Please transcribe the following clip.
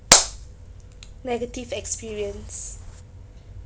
negative experience